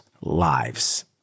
lives